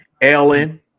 Ellen